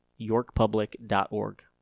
yorkpublic.org